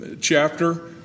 chapter